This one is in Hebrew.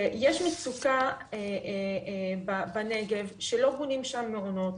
יש מצוקה בנגב שלא בונים שם מעונות.